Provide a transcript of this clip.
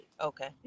Okay